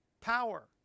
power